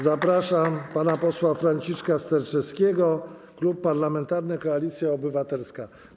Zapraszam pana posła Franciszka Sterczewskiego, Klub Parlamentarny Koalicja Obywatelska.